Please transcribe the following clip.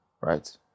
right